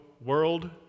world